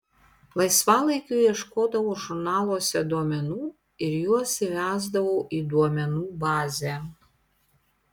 laisvalaikiu ieškodavau žurnaluose duomenų ir juos įvesdavau į duomenų bazę